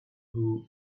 who